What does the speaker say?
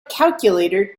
calculator